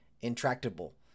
intractable